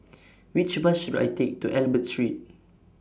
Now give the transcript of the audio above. Which Bus should I Take to Albert Street